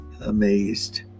amazed